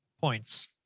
points